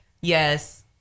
Yes